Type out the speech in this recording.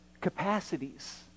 capacities